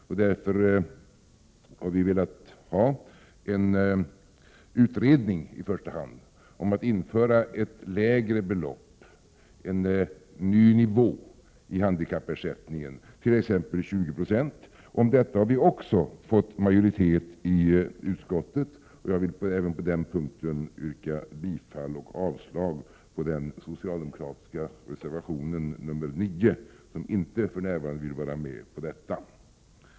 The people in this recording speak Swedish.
Därför har vi i första hand velat ha en utredning om att införa ett lägre belopp, en ny nivå i handikappersättningen, t.ex. 20 90. För detta har vi också fått majoritet i utskottet. Jag vill även på denna punkt yrka bifall till utskottets hemställan och avslag på reservation 9 från socialdemokraterna, som för närvarande inte vill vara med på detta.